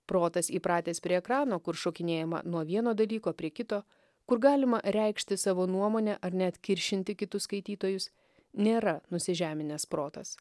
protas įpratęs prie ekrano kur šokinėjama nuo vieno dalyko prie kito kur galima reikšti savo nuomonę ar net kiršinti kitus skaitytojus nėra nusižeminęs protas